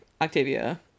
octavia